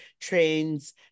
trains